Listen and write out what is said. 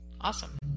Awesome